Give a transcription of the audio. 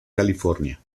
california